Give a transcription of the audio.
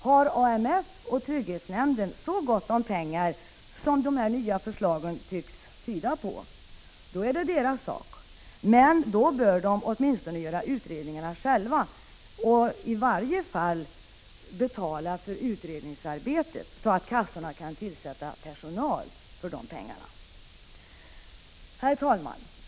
Har AMF och trygghetsnämnden så gott om pengar 10 december 1985 som dessa nya förslag tyder på, är det deras sak, men då bör de åtminstone. dä oro göra utredningarna själva eller i varje fall betala för utredningsarbetet, så att kassorna kan tillsätta personal för dessa pengar. Herr talman!